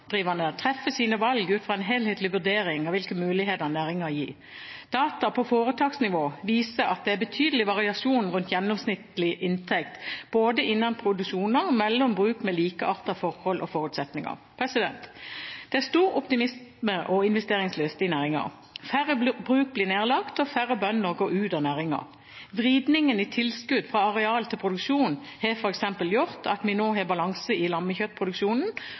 treffer sine valg ut fra en helhetlig vurdering av hvilke muligheter næringen gir. Data på foretaksnivå viser at det er betydelig variasjon rundt gjennomsnittlig inntekt, både innen produksjoner og mellom bruk med likeartede forhold og forutsetninger. Det er stor optimisme og investeringslyst i næringen. Færre bruk blir nedlagt, og færre bønder går ut av næringen. Vridningen i tilskudd fra areal til produksjon har f.eks. gjort at vi nå har balanse i lammekjøttproduksjonen,